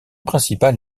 principal